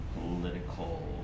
political